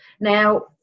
now